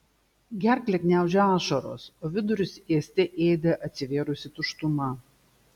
gerklę gniaužė ašaros o vidurius ėste ėdė atsivėrusi tuštuma